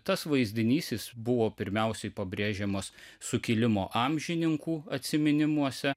tas vaizdinys jis buvo pirmiausiai pabrėžiamas sukilimo amžininkų atsiminimuose